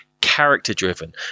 character-driven